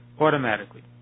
automatically